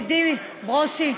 ידידי, ברושי,